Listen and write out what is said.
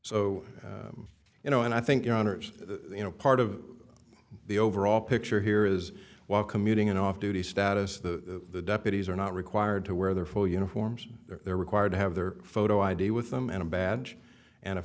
so you know and i think your honour's you know part of the overall picture here is while commuting in off duty status the deputies are not required to wear their full uniforms they are required to have their photo id with them and a badge and a